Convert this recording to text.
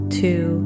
two